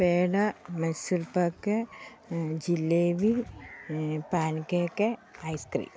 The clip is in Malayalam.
peda Mysore pak jalebi paan cake ice cream